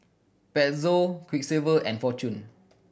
Pezzo Quiksilver and Fortune